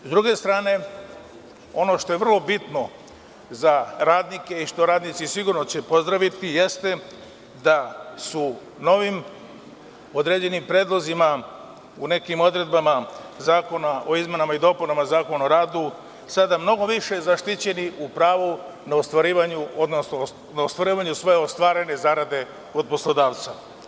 S druge strane, ono što je vrlo bitno za radnike i što će radnici sigurno pozdraviti jeste da su novim određenim predlozima u nekim odredbama Zakona o izmenama i dopunama Zakona o radu sada mnogo više zaštićeni u pravu na ostvarivanju svoje ostvarene zarade kod poslodavca.